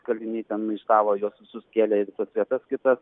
kaliniai ten maištavo juos visus kėlė į visas vietas kitas